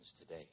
today